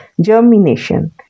germination